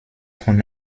von